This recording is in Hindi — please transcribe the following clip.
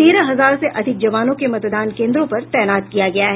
तेरह हजार से अधिक जवानों के मतदान केन्द्रों पर तैनात किया गया है